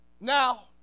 Now